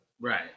right